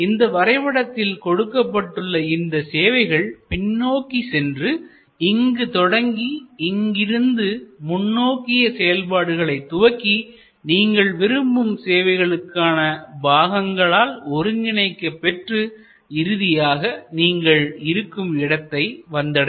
இந்த வரைபடத்தில் கொடுக்கப்பட்டுள்ள இந்த சேவைகள் பின்னோக்கி சென்று இங்கு தொடங்கி இங்கிருந்து முன்னோக்கிய செயல்பாடுகளை துவக்கி நீங்கள் விரும்பும் சேவைகளுக்கான பாகங்களால் ஒருங்கிணைக்கப் பெற்று இறுதியாக நீங்கள் இருக்கும் இடத்தை வந்தடையும்